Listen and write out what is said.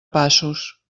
passos